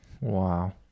Wow